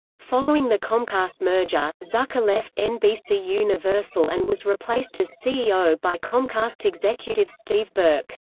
following the comcast merger, zucker left nbcuniversal and was replaced as ceo by comcast executive steve burke.